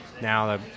Now